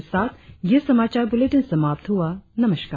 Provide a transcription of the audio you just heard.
इसी के साथ यह समाचार बुलेटिन समाप्त हुआ नमस्कार